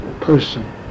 person